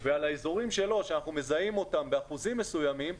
על האזורים שלא, שאנחנו מזהים באחוזים מסוימים,